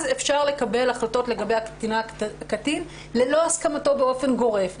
אז אפשר לקבל החלטות לגבי הקטינים ללא הסכמתו באופן גורף.